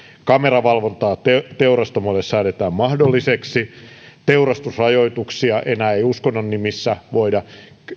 kameravalvonta teurastamoille säädetään mahdolliseksi tulee teurastusrajoituksia enää ei uskonnon nimissä voida